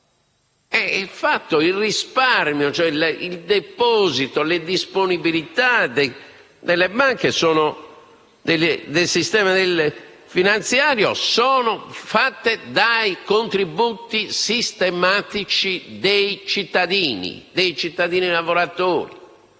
Il risparmio, il deposito e le disponibilità delle banche e del sistema finanziario sono fatti dai contributi sistematici dei cittadini, dei cittadini lavoratori